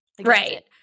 Right